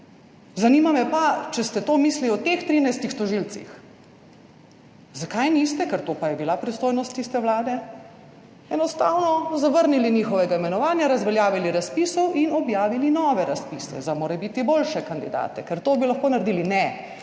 Zanima me pa, če ste to mislili o teh 13 tožilcih, zakaj niste, ker to pa je bila pristojnost tiste vlade, enostavno zavrnili njihovega imenovanja, razveljavili razpisov in objavili nove razpise za morebiti boljše kandidate, ker to bi lahko naredili. Ne,